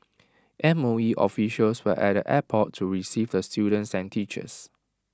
M O E officials were at the airport to receive the students and teachers